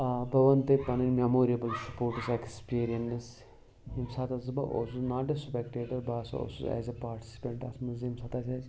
آ بہٕ وَنہٕ تۄہہِ پَنٕنۍ مٮ۪موریبٕل سٕپوٹٕس اٮ۪کسپیٖریَنٕس ییٚمۍ ساتہٕ ہَسا بہٕ اوسُس ناٹ اےٚ سٕپٮ۪کٹیٹَر بہٕ ہَسا اوسُس ایز اےٚ پاٹسِپٮ۪نٛٹ اَتھ منٛز ییٚمۍ ساتہٕ آسہِ اَسہِ